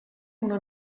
una